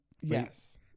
Yes